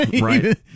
Right